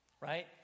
right